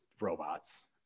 robots